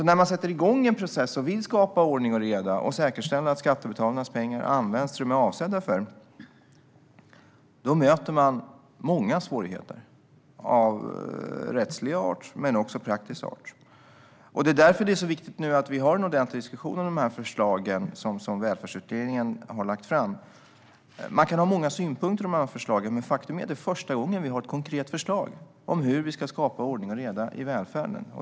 När man sätter igång en process och vill skapa ordning och reda - och säkerställa att skattebetalarnas pengar används till det de är avsedda för - möter man många svårigheter, inte bara av rättslig art utan också av praktisk art. Det är därför det är så viktigt att vi nu har en ordentlig diskussion om de förslag som Välfärdsutredningen har lagt fram. Man kan ha många synpunkter på förslagen, men faktum är att det är första gången vi har ett konkret förslag om hur vi ska skapa ordning och reda i välfärden.